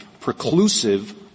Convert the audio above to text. preclusive